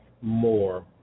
more